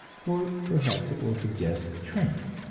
or perhaps it will suggest train